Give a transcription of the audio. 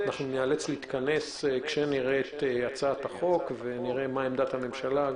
אנחנו ניאלץ להתכנס כשנראה את הצעת החוק ונראה מה עמדת הממשלה.